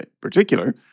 particular